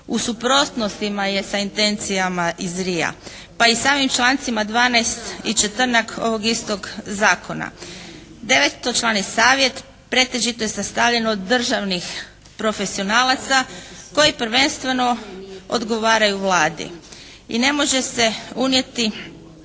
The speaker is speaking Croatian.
u suprotnostima je sa intencijama iz Ria, pa i samim člancima 12. i 14. ovog istog zakona. Devetočlani savjet pretežito je sastavljen od državnih profesionalaca koji prvenstveno odgovaraju Vladi i ne može se unijeti